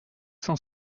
cent